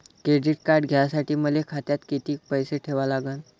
Credit card घ्यासाठी मले खात्यात किती पैसे ठेवा लागन?